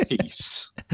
peace